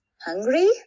hungry